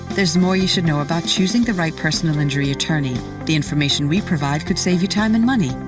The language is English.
there's more you should know about choosing the right personal injury attorney. the information we provide could save you time and money.